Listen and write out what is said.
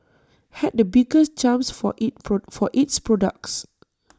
had the biggest jumps for IT for its products